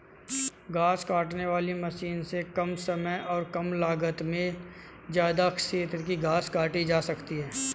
घास काटने वाली मशीन से कम समय और कम लागत में ज्यदा क्षेत्र की घास काटी जा सकती है